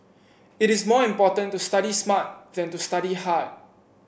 it is more important to study smart than to study hard